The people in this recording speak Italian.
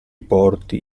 porti